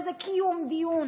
והוא קיום דיון.